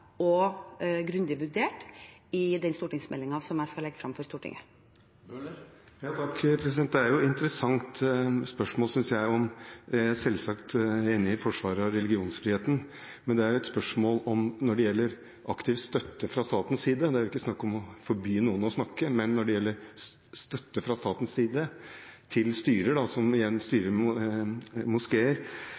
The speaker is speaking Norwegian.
og grundig vurdert i den stortingsmeldingen som jeg skal legge frem for Stortinget. Det er et interessant spørsmål, synes jeg. Jeg er selvsagt enig i forsvaret av religionsfriheten, men det er ikke snakk om å forby noen å snakke. Spørsmålet når det gjelder støtte fra statens side til styrer, som igjen styrer moskeer, er om man ikke der kan si at vi prioriterer dem som bruker norsk utenom selvsagt i bestemte ritualer, men som